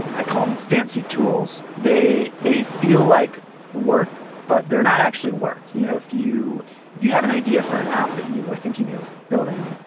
like i call them fancy tools, they they feel like work, but they're not actually work. you know if you if you have an idea for an app that you are thinking of building,